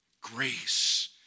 Grace